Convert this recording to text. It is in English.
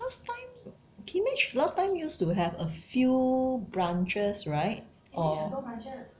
last time Kimage last time used to have a few branches right or